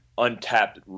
untapped